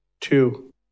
two